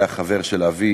היה חבר של אבי,